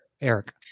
eric